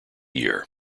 year